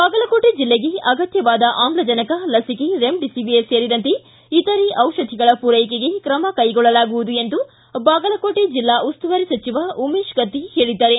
ಬಾಗಲಕೋಟೆ ಬೆಲ್ಲೆಗೆ ಅಗತ್ತವಾದ ಆಮ್ಲಜನಕ ಲಸಿಕೆ ರೆಮ್ಜಿಸಿವಿರ್ ಸೇರಿದಂತೆ ಇತರ ಔಷಧಿಗಳ ಪೂರೈಕೆಗೆ ಕ್ರಮ ಕೈಗೊಳ್ಳಲಾಗುವುದು ಎಂದು ಬಾಗಲಕೋಟೆ ಜೆಲ್ಲಾ ಉಸ್ತುವಾರಿ ಸಚಿವ ಉಮೇಶ ಕತ್ತಿ ಹೇಳಿದ್ದಾರೆ